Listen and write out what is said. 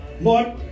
Lord